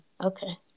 Okay